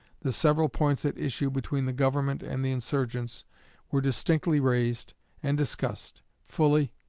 the several points at issue between the government and the insurgents were distinctly raised and discussed, fully,